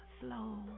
slow